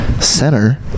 center